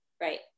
Right